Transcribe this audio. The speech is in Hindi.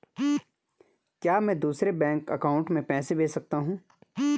क्या मैं दूसरे बैंक अकाउंट में पैसे भेज सकता हूँ?